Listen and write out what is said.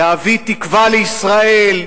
להביא תקווה לישראל,